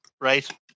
right